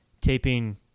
taping